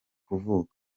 kuvuka